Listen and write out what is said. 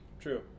True